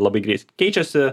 labai greit keičiasi